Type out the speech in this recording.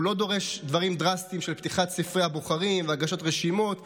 הוא לא דורש דברים דרסטיים של פתיחת ספרי הבוחרים והגשת רשימות וכו',